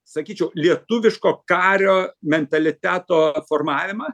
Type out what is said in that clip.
sakyčiau lietuviško kario mentaliteto formavimą